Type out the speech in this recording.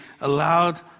allowed